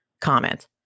comment